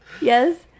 Yes